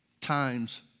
times